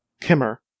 Kimmer